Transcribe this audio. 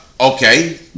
Okay